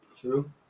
True